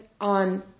on